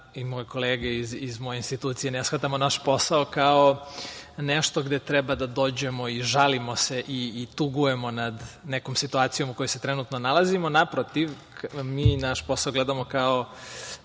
moje kolege iz institucije i ja ne shvatamo naš posao kao nešto gde treba da dođemo i žalimo se i tugujemo nad nekom situacijom u kojoj se trenutno nalazimo. Naprotiv, mi naš posao gledamo kao